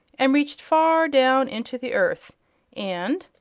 and reached far down into the earth and,